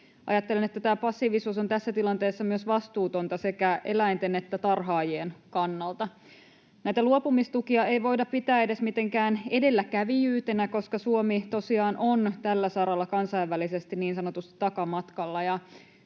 Ajattelen, että tämä passiivisuus on tässä tilanteessa myös vastuutonta sekä eläinten että tarhaajien kannalta. Näitä luopumistukia ei voida pitää edes mitenkään edelläkävijyytenä, koska Suomi tosiaan on tällä saralla kansainvälisesti niin sanotusti takamatkalla.